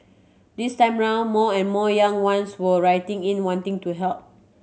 this time round more and more young ones were writing in wanting to help